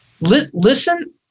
Listen